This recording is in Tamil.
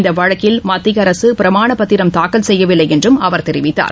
இந்த வழக்கில் மத்திய அரசு பிரமாணப் பத்திரம் தாக்கல் செய்யவில்லை என்றும் அவர் தெரிவித்தார்